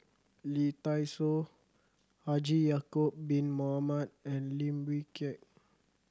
Lee Dai Soh Haji Ya'acob Bin Mohamed and Lim Wee Kiak